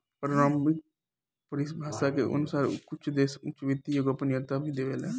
पारम्परिक परिभाषा के अनुसार कुछ देश उच्च वित्तीय गोपनीयता भी देवेला